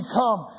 come